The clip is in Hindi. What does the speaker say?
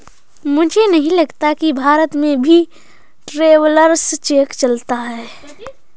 मुझे नहीं लगता कि भारत में भी ट्रैवलर्स चेक चलता होगा